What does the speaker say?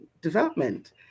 development